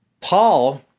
Paul